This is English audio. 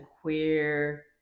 queer